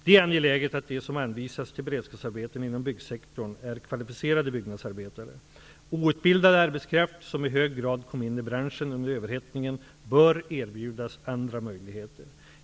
Det är angeläget att de som anvisas till beredskapsarbeten inom byggsektorn är kvalificerade byggnadsarbetare. Outbildad arbetskraft som i hög grad kom in i branschen under överhettningen bör erbjudas andra möjligheter.